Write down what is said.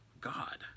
God